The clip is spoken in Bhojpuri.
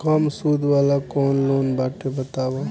कम सूद वाला कौन लोन बाटे बताव?